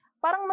parang